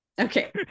okay